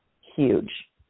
huge